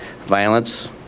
Violence